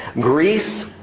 Greece